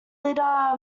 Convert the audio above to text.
lydia